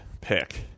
pick